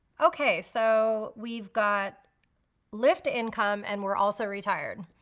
okay, so we've got lyft income and we're also retired.